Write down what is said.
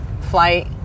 flight